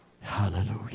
Hallelujah